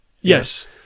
Yes